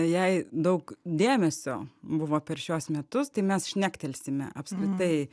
jai daug dėmesio buvo per šiuos metus tai mes šnektelsime apskritai